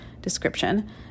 description